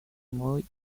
muy